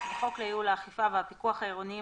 "הצעת חוק לייעל האכיפה והפיקוח העירוניים